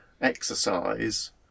exercise